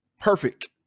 Perfect